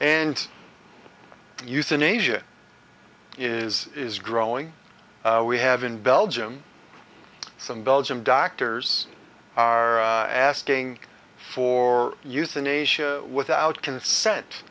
and euthanasia is is growing we have in belgium some belgium doctors are asking for euthanasia without consent